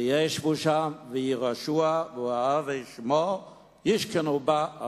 וישבו שם ויירשוה, ואוהבי שמו ישכנו בה.